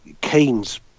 Keynes